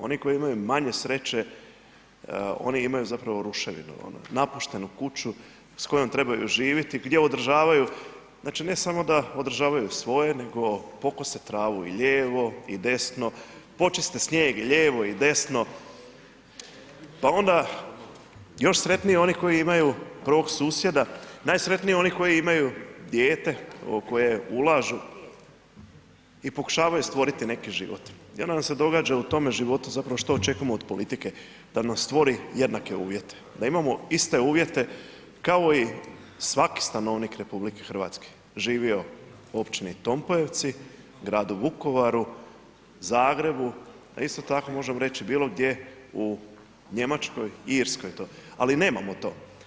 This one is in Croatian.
Oni koji imaju manje sreće, oni imaju zapravo ruševinu, napuštenu kuću s kojom trebaju živiti, gdje održavaju, znači, ne samo da održavaju svoje, nego pokose travu i lijevo i desno, počiste snijeg i lijevo i desno, pa onda još sretniji oni koji imaju prvog susjeda, najsretniji oni koji imaju dijete u koje ulažu i pokušavaju stvoriti neki život i onda nam se događa u tome životu zapravo što očekujemo od politike, da nam stvori jednake uvjete, da imamo iste uvjete kao i svaki stanovnik RH, živio u općini Tompojevci, gradu Vukovaru, Zagrebu, a isto tako možemo reći gdje bilo gdje, u Njemačkoj, Irskoj, ali nemamo to.